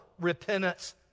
repentance